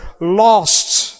lost